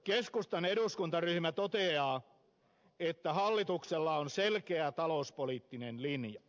keskustan eduskuntaryhmä toteaa että hallituksella on selkeä talouspoliittinen linja